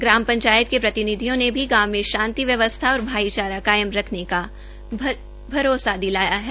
ग्राम पंचायत के प्रतिनिधियों ने भी गांव में शांति व्यवसथा और भाईचारा कायम रखने का भरोसा दिलाया है